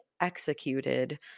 executed